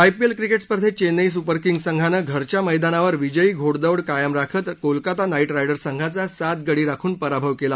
IPL cricket स्पर्धेत Chennai Super Kings संघानं घरच्या मैदानावर विजयी घोडदौड कायम राखत कोलकाता नाईट रायडर्स संघाचा सात गडी राखून पराभव केला